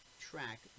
track